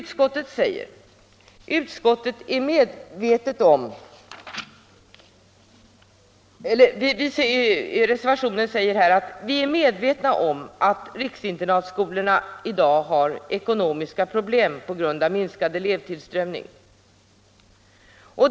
I reservationen 3 säger vi att vi är medvetna om ”att riksinternatskolorna f.n. har ekonomiska problem på grund av minskad elevtillströmning.